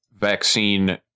vaccine